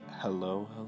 Hello